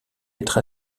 être